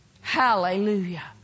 Hallelujah